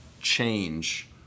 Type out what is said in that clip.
change